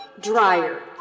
dryer